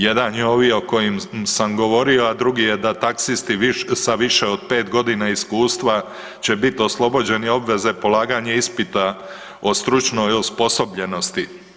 Jedan je ovaj o kojim sam govorio, a drugi je da taksisti sa više od pet godina iskustva će biti oslobođeni obveze polaganja ispita o stručnoj osposobljenosti.